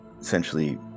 essentially